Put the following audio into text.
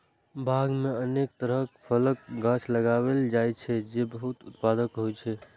बाग मे अनेक तरहक फलक गाछ लगाएल जाइ छै, जे बहुत उत्पादक होइ छै